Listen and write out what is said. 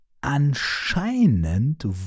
anscheinend